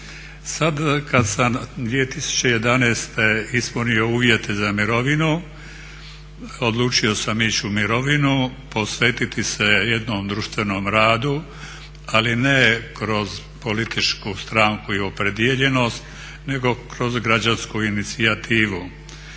kad sam 2011. ispunio uvjete za mirovinu odlučio sam ići u mirovinu, posvetiti se jednom društvenom radu ali ne kroz političku stranku i opredijeljenost nego kroz građansku inicijativu.